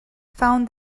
found